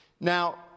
Now